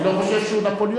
אני לא חושב שהוא נפוליאון,